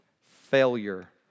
failure